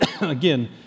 Again